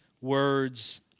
words